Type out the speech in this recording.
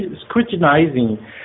scrutinizing